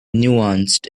nuanced